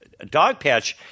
Dogpatch